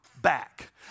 Back